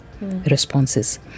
responses